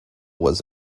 was